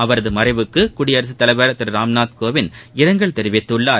அவரதுமறைவுக்குடியரசுத்தலைவர் திருராம்நாத் கோவிந்த் இரங்கல் தெரிவித்துள்ளார்